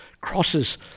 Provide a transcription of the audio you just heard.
crosses